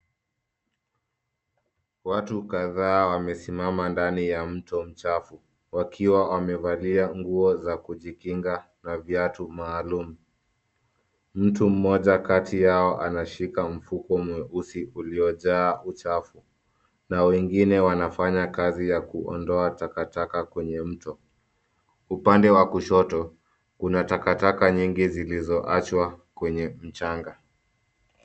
Watu kadhaa wamesimama ndani ya mto mchafu wakiwa wamevalia nguo za kujinga na viatu maalum. Mtu mmoja kati yao anashika mfuko mweusi uliojaa uchafu na wengine wanafanya kazi ya kuondoa takataka kwenye mto. Upande wa kushoto kuna takataka nyingi zilizoachwa kwenye mchanga.